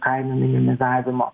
kainų minimizavimo